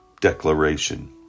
declaration